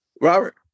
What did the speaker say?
Robert